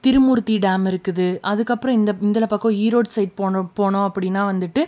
Thirumurthy dam இருக்குது அதுக்கப்புறம் இந்த இந்தலப் பக்கம் ஈரோடு சைட் போனோல் போனோம் அப்படினா வந்துட்டு